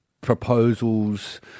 proposals